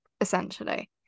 essentially